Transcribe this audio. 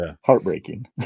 Heartbreaking